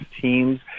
Teams